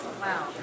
Wow